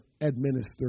administer